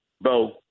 Bo